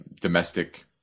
domestic